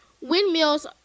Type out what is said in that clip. windmills